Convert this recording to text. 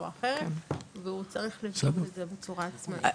או אחרת והוא צריך לעשות את זה בצורה עצמאית.